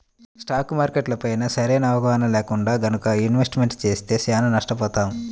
stock మార్కెట్లపైన సరైన అవగాహన లేకుండా గనక ఇన్వెస్ట్మెంట్ చేస్తే చానా నష్టపోతాం